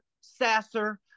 Sasser